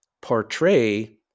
portray